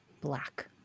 black